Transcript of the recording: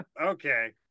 okay